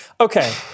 Okay